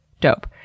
Dope